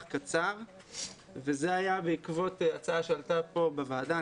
קצר וזה היה בעקבות הצעה שעלתה כאן בוועדה,